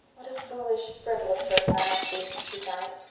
what a foolish, frivolous person i must be, she sighed.